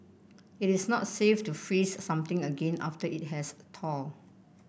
it is not safe to freeze something again after it has thawed